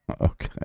Okay